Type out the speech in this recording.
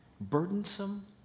burdensome